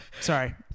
Sorry